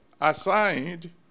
assigned